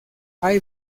hay